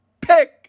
pick